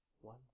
One